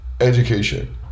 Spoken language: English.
education